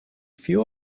few